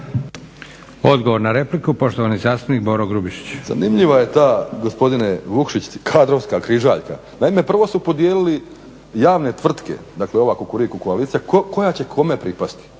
Odgovor na repliku, poštovani zastupnik Boro Grubišić. **Grubišić, Boro (HDSSB)** Zanimljiva je ta gospodine Vukšić kadrovska križaljka. Naime, prvo su podijelili javne tvrtke, dakle ova Kukuriku koalicija koja će kome pripasti